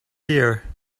here